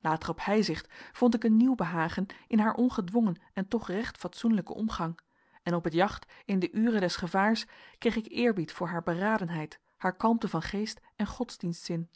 later op heizicht vond ik een nieuw behagen in haar ongedwongen en toch recht fatsoenlijken omgang en op het jacht in de ure des gevaars kreeg ik eerbied voor haar beradenheid haar kalmte van geest en godsdienstzin